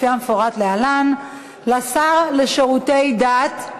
לפי המפורט להלן: 1. לשר לשירותי דת,